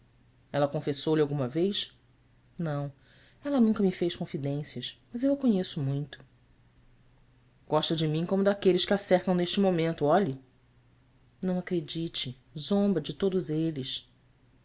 a la confessou-lhe alguma vez ão ela nunca me fez confidências mas eu a conheço muito osta de mim como daqueles que a cercam neste momento lhe ão acredite zomba de todos eles